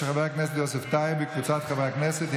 של חבר הכנסת יוסף טייב וקבוצת חברי הכנסת.